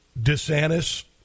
DeSantis